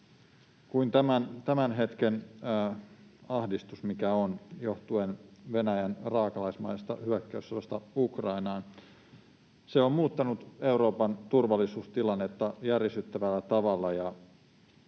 tämän hetken ahdistus, mikä on, johtuen Venäjän raakalaismaisesta hyökkäyssodasta Ukrainaan. Se on muuttanut Euroopan turvallisuustilannetta järisyttävällä tavalla,